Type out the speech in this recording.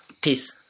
Peace